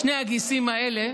שני הגיסים האלה,